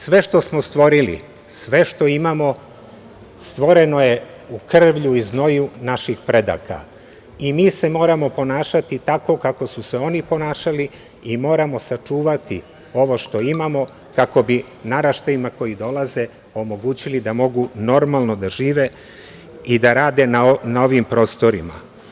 Sve što smo stvorili, sve što imamo, stvoreno je u krvlju i znoju naših predaka i mi se moramo ponašati tako kako su se oni ponašali i moramo sačuvati ovo što imamo kako bi naraštajima koji dolaze omogućili da mogu normalno da žive i da rade na ovim prostorima.